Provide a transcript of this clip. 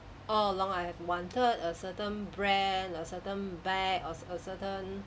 all along I have wanted a certain brand certain bag or a certain